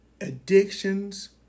addictions